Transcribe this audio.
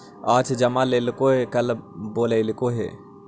आज जमा लेलको कल बोलैलको हे?